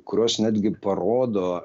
kurios netgi parodo